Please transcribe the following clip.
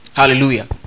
Hallelujah